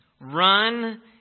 Run